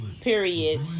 period